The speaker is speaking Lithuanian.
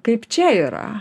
kaip čia yra